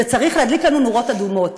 זה צריך להדליק לנו נורות אדומות.